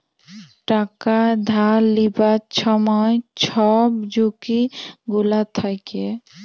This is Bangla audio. টাকা ধার লিবার ছময় ছব ঝুঁকি গুলা থ্যাকে